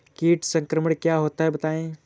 कीट संक्रमण क्या होता है बताएँ?